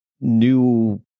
new